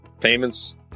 payments